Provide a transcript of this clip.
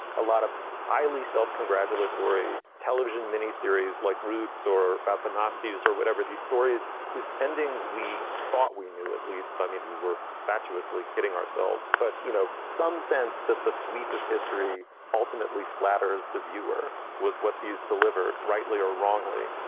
a lot of highly self-congratulatory television mini series like roots or about the nazis or whatever these stories whose endings we thought we knew at least i mean we were fatuously kidding ourselves. but you know, some sense that the sweep of history ultimately flatters the viewer was what these delivered, rightly or wrongly,